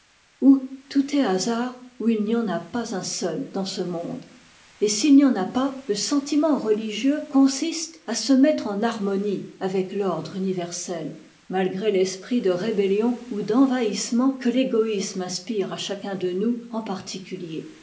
tout est hasard ou il n'y en a pas un seul dans ce monde et s'il n'y en a pas le sentiment religieux consiste à se mettre en harmonie avec l'ordre universel malgré l'esprit de rébellion ou d'envahissement que t'égoïsme inspire à chacun de nous en particulier